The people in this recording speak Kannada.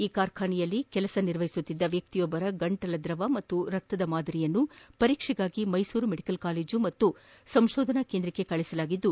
ಈ ಕಾರ್ಖಾನೆಯಲ್ಲಿ ಕೆಲಸ ನಿರ್ವಹಿಸುತ್ತಿದ್ದ ವ್ಯಕ್ತಿಯೊಬ್ಬರ ಗಂಟಲಿನ ದ್ರವ ಹಾಗೂ ರಕ್ತದ ಮಾದರಿಯನ್ನು ಪರೀಕ್ಷೆಗಾಗಿ ಮೈಸೂರು ಮೆಡಿಕಲ್ ಕಾಲೇಜು ಮತ್ತು ಸಂಶೋಧನಾ ಕೇಂದ್ರಕ್ಕೆ ಕಳುಹಿಸಿಕೊಡಲಾಗಿದ್ದು